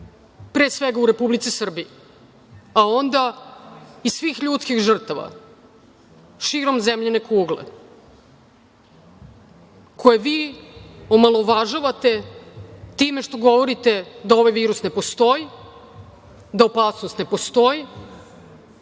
pre svega u Republici Srbiji, a onda i svih ljudskih žrtava širom zemljine kugle koje vi omalovažavate time što govorite da ovaj virus ne postoji, da opasnost ne postoji,